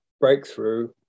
Breakthrough